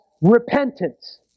repentance